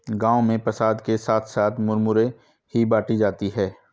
गांव में प्रसाद के साथ साथ मुरमुरे ही बाटी जाती है